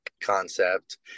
concept